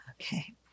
Okay